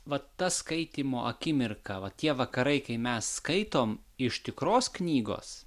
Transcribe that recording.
vat ta skaitymo akimirka va tie vakarai kai mes skaitom iš tikros knygos